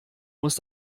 muss